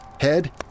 head